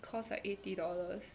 cost like eighty dollars